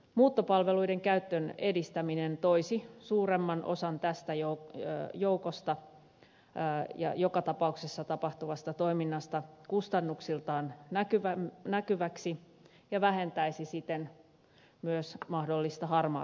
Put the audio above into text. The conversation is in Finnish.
muuttopalveluiden käytön edistäminen toisi suuremman osan tästä joka tapauksessa tapahtuvasta toiminnasta kustannuksiltaan näkyväksi ja vähentäisi siten myös mahdollista harmaata taloutta